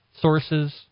sources